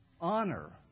honor